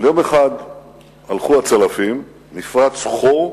אבל, יום אחד הלכו הצלפים, נפרץ חור,